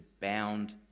bound